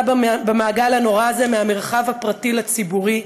במעגל הנורא הזה מהמרחב הפרטי לציבורי,